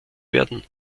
werden